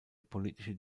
politische